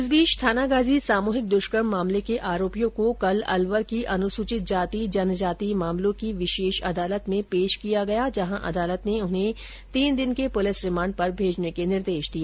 इस बीच थानागाजी सामूहिक दुष्कर्म मामले के आरोपियों को कल अलवर की अनुसूचित जाति जनजाति मामलों की विशेष अदालत में पेश किया गया जहां अदालत ने उन्हें तीन दिन के पुलिस रिमांड पर भेजने के निर्देश दिए